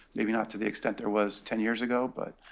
maybe not to the extent there was ten years ago. but